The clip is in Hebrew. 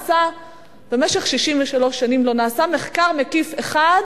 במשך 63 שנים לא נעשה מחקר מקיף אחד